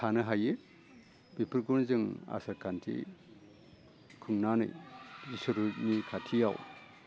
थानो हायो बेफोरखौनो जों आसार खान्थि खुंनानै इसोरनि खाथिआव